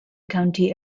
county